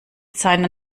seiner